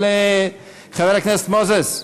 חבר הכנסת מוזס,